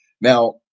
now